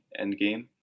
Endgame